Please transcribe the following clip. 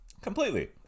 Completely